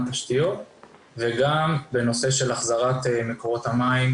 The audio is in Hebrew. תשתיות וגם בנושא של החזרת מקורות המים